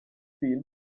film